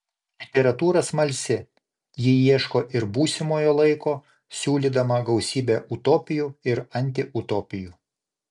literatūra smalsi ji ieško ir būsimojo laiko siūlydama gausybę utopijų ir antiutopijų